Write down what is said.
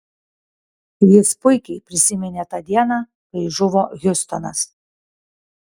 jis puikiai prisiminė tą dieną kai žuvo hiustonas